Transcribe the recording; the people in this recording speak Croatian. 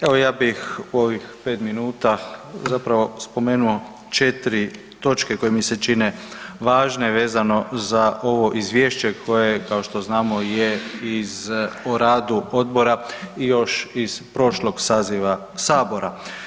Evo ja bih u ovi pet minuta zapravo spomenuo četiri točke koje mi se čine važne vezano za ovo izvješće koje kao što znamo je o radu Odbora još iz prošlog saziva Sabora.